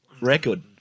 record